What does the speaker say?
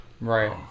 right